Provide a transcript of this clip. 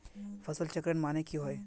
फसल चक्रण माने की होय?